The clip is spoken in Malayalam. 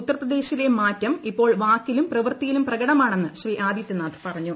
ഉത്തർപ്രദേശിലെ മാറ്റം ഇപ്പോൾ വാക്കിലും പ്രവൃത്തിയിലും പ്രക്ട്മാണെന്ന് ശ്രീ ആദിത്യനാഥ് പറഞ്ഞു